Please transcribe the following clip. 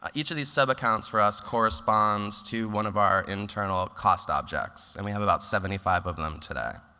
um each of these sub-accounts for us corresponds to one of our internal cost objects, and we have about seventy five of them today.